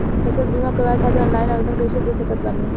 फसल बीमा करवाए खातिर ऑनलाइन आवेदन कइसे दे सकत बानी?